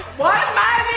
watch my